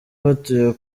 batuye